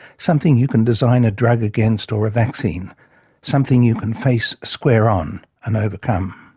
something you can design a drug against, or a vaccine something you can face square on and overcome.